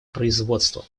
производства